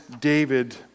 David